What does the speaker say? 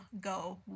go